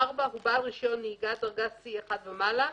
יבוא: "(4) הוא בעל רשיון נהיגה דרגה C1 ומעלה,